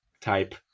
type